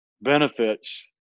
benefits